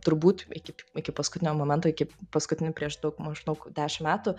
turbūt iki iki paskutinio momento iki paskutinių prieš daug maždaug dešim metų